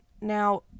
Now